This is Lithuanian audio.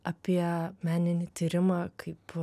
apie meninį tyrimą kaip